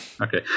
Okay